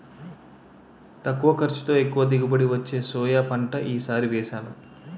తక్కువ ఖర్చుతో, ఎక్కువ దిగుబడి వచ్చే సోయా పంట ఈ సారి వేసాను